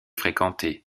fréquenté